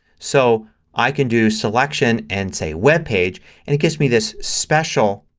so i can do selection and say webpage and it gives me this special